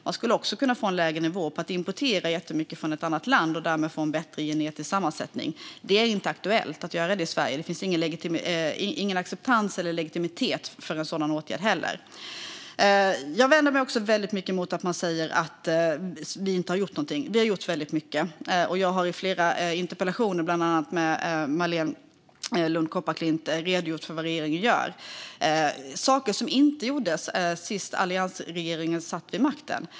Man skulle också kunna få en lägre nivå genom att importera jättemycket varg från ett annat land och därmed få en bättre genetisk sammansättning. Att göra det är dock inte aktuellt i Sverige. Det finns ingen acceptans eller legitimitet för en sådan åtgärd. Jag vänder mig också väldigt mycket mot att man säger att vi inte har gjort någonting. Vi har gjort väldigt mycket. Jag har i flera interpellationsdebatter, bland annat med Marléne Lund Kopparklint, redogjort för vad regeringen gör, saker som inte gjordes när alliansregeringen senast satt vid makten.